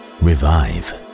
revive